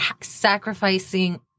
sacrificing